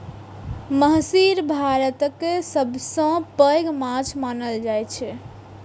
महसीर भारतक सबसं पैघ माछ मानल जाइ छै